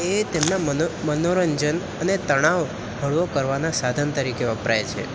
એ તેમના મનો મનોરંજન અને તણાવ હળવો કરવાના સાધન તરીકે વપરાય છે